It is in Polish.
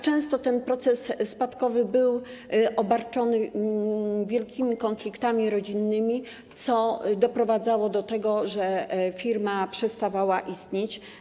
Często ten proces spadkowy był obarczony wielkimi konfliktami rodzinnymi, co doprowadzało do tego, że firma przestawała istnieć.